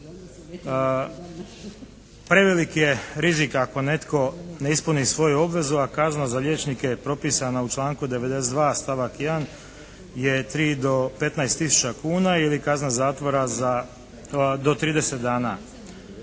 Prevelik je rizik ako netko ne ispuni svoju obvezu a kazna za liječnike je propisana u članku 92. stavak 1. je tri do petnaest tisuća kuna, ili kazna zatvora do 30 dana.